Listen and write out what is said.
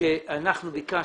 שאנחנו ביקשנו.